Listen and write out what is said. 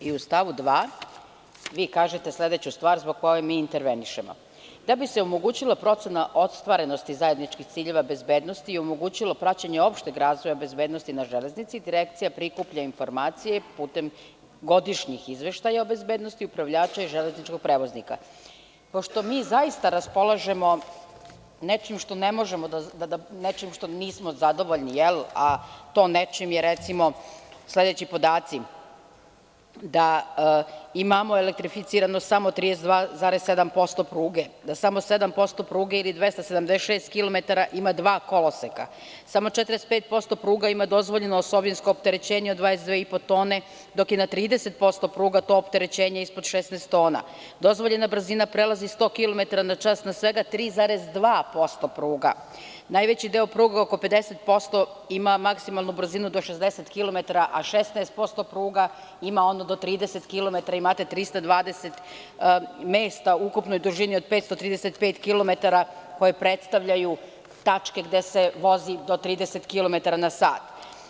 U stavu 2. vi kažete sledeću stvar zbog koje mi intervenišemo: „Da bi se omogućila procena ostvarenosti zajedničkih ciljeva bezbednosti i omogućilo praćenje opšteg razvoja bezbednosti na železnici, Direkcija prikuplja informacije putem godišnjih izveštaja o bezbednosti upravljača i železničkih prevoznika.“ Pošto mi zaista raspolažemo nečim čime nismo zadovoljni, a to su recimo sledeći podaci – da imamo elektrificirano samo 32,7% pruge, samo 7% pruge ili 276 km ima dva koloseka, samo 45% pruga ima dozvoljeno osovinsko opterećenje od 22,5 tone, dok je na 30% pruga to opterećenje ispod 16 tona, dozvoljena brzina prelazi 100 km na svega 3,2% pruga, najveći deo pruga, oko 50%, ima maksimalnu brzinu do 60 km, a 16% pruga ima do 30 km, ima 320 mesta u ukupnoj dužini od 535 km koje predstavljaju tačke gde se vozi do 30 km na sat.